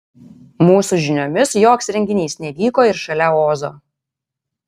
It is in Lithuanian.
mūsų žiniomis joks renginys nevyko ir šalia ozo